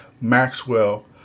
Maxwell